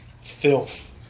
filth